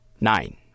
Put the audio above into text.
Nine